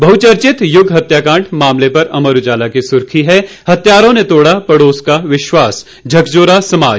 बहचर्चित युग हत्याकांड मामले पर अमर उजाला की सुर्खी है हत्यारों ने तोड़ा पड़ोस का विश्वास झकझोरा समाज